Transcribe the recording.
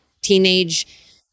teenage